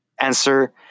answer